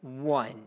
one